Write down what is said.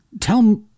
Tell